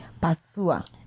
pasua